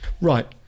Right